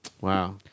wow